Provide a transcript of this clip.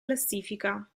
classifica